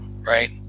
Right